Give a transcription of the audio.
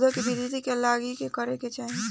पौधों की वृद्धि के लागी का करे के चाहीं?